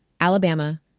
Alabama